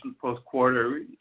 post-quarter